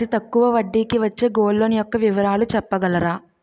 అతి తక్కువ వడ్డీ కి వచ్చే గోల్డ్ లోన్ యెక్క వివరాలు చెప్పగలరా?